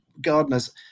gardeners